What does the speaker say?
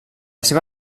seva